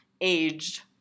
Aged